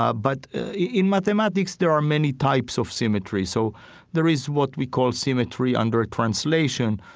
ah but in mathematics there are many types of symmetry. so there is what we call symmetry under translation,